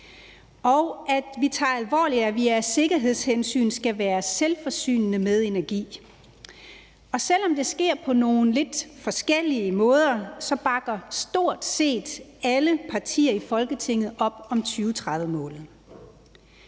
og at vi tager det alvorligt, at vi af sikkerhedshensyn skal være selvforsynende med energi. Og selv om det sker på nogle lidt forskellige måder, bakker stort set alle partier i Folketinget op om 2030-målene.